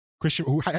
Christian